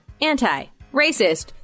anti-racist